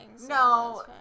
No